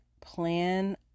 plan